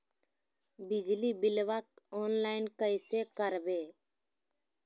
बिजली बिलाबा ऑनलाइन कैसे करबै?